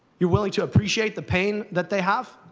you're willing to appreciate the pain that they have,